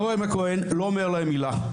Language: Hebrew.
הרב רא"ם הכהן לא אומר להם מילה.